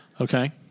Okay